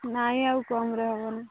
ନାଇଁ ଆଉ କମ୍ରେ ହେବନି